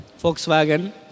Volkswagen